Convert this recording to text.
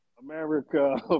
America